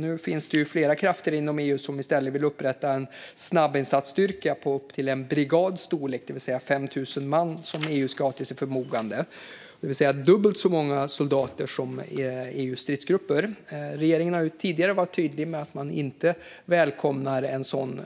Nu finns det krafter inom EU som i stället vill upprätta en snabbinsatsstyrka av en brigads storlek, det vill säga 5 000 man, som EU ska ha till sitt förfogande, alltså dubbelt så många soldater som i EU:s stridsgrupper. Regeringen har tidigare varit tydlig med att man inte välkomnar en sådan